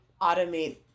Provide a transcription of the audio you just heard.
automate